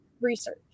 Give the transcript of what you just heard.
research